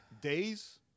Days